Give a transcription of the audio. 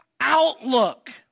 outlook